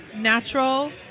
natural